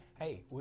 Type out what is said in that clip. Hey